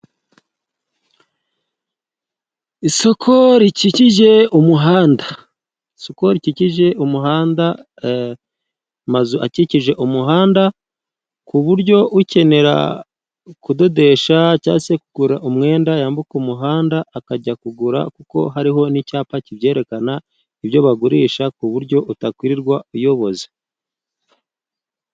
Isoko rikikije umuhanda. Isoko rikikije umuhanda, amazu akikije umuhanda ku buryo ukenera kudodesha cyangwa se kugura umwenda yambuka umuhanda, akajya kugura kuko hariho n'icyapa kibyerekana ibyo bagurisha, ku buryo utakwirirwa uyoboza.